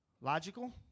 Logical